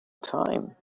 time